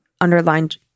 underlined